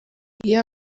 iyo